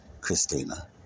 Christina